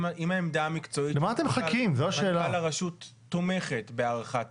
אם העמדה המקצועית של מנכ"ל הרשות תומכת בהארכת